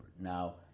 Now